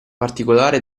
particolare